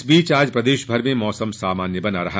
इस बीच आज प्रदेश भर में मौसम सामान्य बना रहा